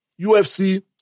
UFC